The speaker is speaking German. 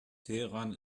teheran